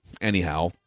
Anyhow